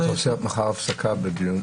ברכת חג שמח לנציגות משרד הבריאות והמשפטים,